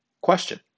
question